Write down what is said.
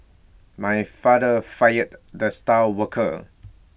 my father fired the star worker